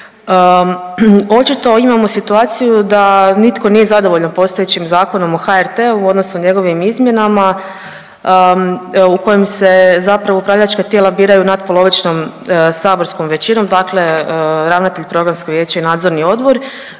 Očito imamo situaciju da nitko nije zadovoljan postojećim Zakonom o HRT-u odnosno njegovim izmjenama u kojem se zapravo upravljačka tijela biraju natpolovičnom saborskom većinom, dakle ravnatelj, programsko vijeće i nadzorni odbor,